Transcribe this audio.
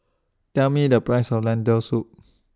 Tell Me The Price of Lentil Soup